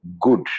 good